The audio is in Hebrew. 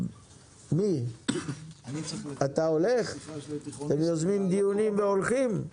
אתם מזמינים דיונים והולכים?